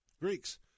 Greeks